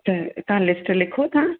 त तव्हां लिस्ट लिखो था